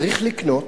צריך לקנות,